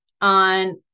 on